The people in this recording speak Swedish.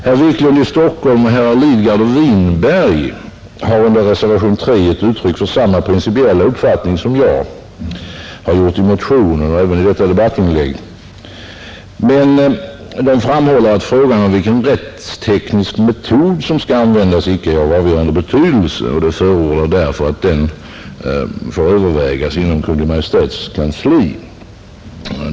Herrar Wiklund i Stockholm, Lidgard och Winberg har under reservationen III givit uttryck för samma principiella uppfattning som jag har gjort i motionen och även i detta debattinlägg. Reservanterna har emellertid framhållit att frågan om vilken rättsteknisk metod som skall användas inte är av avgörande betydelse, och de förordar därför att den bör övervägas inom Kungl. Maj:ts kansli.